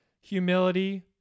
Humility